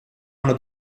anno